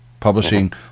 Publishing